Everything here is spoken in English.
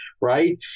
right